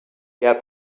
get